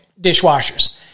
dishwashers